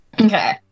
Okay